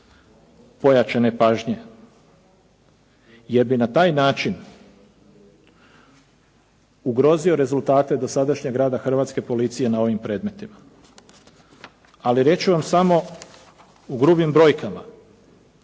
pojačane pažnje jer bi na taj način ugrozio rezultate dosadašnjeg rada hrvatske policije na ovim predmetima. Ali reći ću vam samo u grubim brojkama